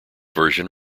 version